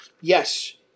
Yes